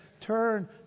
Turn